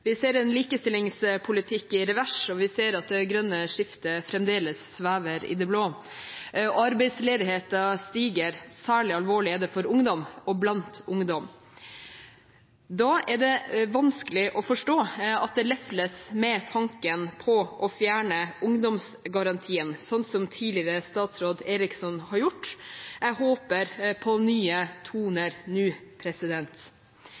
Vi ser en likestillingspolitikk i revers, og vi ser at det grønne skiftet fremdeles svever i det blå. Arbeidsledigheten stiger. Særlig alvorlig er det for ungdom og blant ungdom. Da er det vanskelig å forstå at det lefles med tanken på å fjerne ungdomsgarantien, slik tidligere statsråd Eriksson har gjort. Jeg håper på nye toner nå.